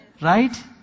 Right